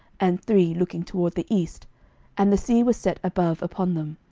and three looking toward the east and the sea was set above upon them,